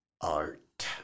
art